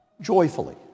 joyfully